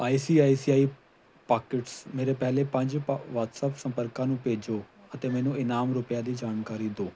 I C I C I pockets ਮੇਰੇ ਪਹਿਲੇ ਪੰਜ ਵਹਾਟਸੱਪ ਸੰਪਰਕਾਂ ਨੂੰ ਭੇਜੋਂ ਅਤੇ ਮੈਨੂੰ ਇਨਾਮ ਰੁਪਈਆਂ ਦੀ ਜਾਣਕਾਰੀ ਦੋ